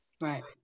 Right